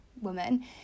woman